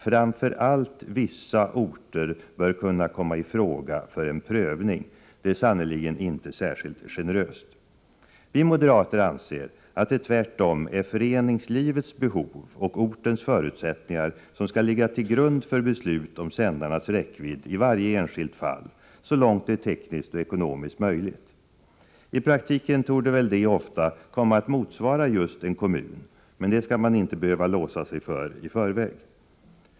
Framför allt vissa orter bör kunna komma i fråga för en prövning — det är sannerligen inte särskilt generöst. Vi moderater anser att det tvärtom är föreningslivets behov och ortens förutsättningar som skall ligga till grund för beslut om sändarnas räckvidd i varje enskilt fall så långt det är tekniskt och ekonomiskt möjligt. I praktiken torde väl det ofta komma att motsvara just en kommun, men det skall man inte behöva låsa sig för i förväg.